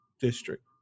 district